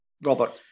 Robert